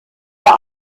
der